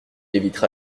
évitera